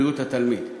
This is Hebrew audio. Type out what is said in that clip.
בריאות התלמיד.